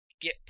get